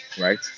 right